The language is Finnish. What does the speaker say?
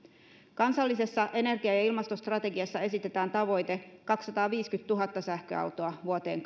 kansallisessa energia ja ja ilmastostrategiassa esitetään tavoite kaksisataaviisikymmentätuhatta sähköautoa vuoteen